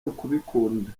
ukubikunda